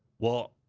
well,